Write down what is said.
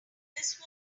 this